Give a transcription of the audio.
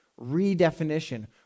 redefinition